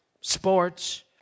sports